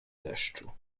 deszczu